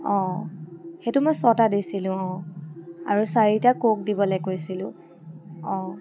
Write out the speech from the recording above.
অ' সেইটো মই ছয়টা দিছিলো অ' আৰু চাৰিটা ক'ক দিবলৈ কৈছিলো অ'